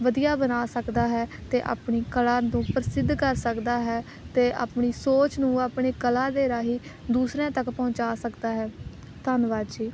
ਵਧੀਆ ਬਣਾ ਸਕਦਾ ਹੈ ਅਤੇ ਆਪਣੀ ਕਲਾ ਨੂੰ ਪ੍ਰਸਿੱਧ ਕਰ ਸਕਦਾ ਹੈ ਅਤੇ ਆਪਣੀ ਸੋਚ ਨੂੰ ਆਪਣੀ ਕਲਾ ਦੇ ਰਾਹੀਂ ਦੂਸਰਿਆਂ ਤੱਕ ਪਹੁੰਚਾ ਸਕਦਾ ਹੈ ਧੰਨਵਾਦ ਜੀ